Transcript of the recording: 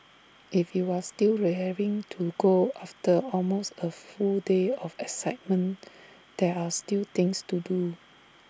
if you are still raring to go after almost A full day of excitement there are still things to do